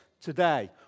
today